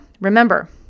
remember